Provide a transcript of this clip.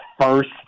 first